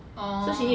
orh